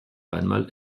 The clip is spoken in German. einmal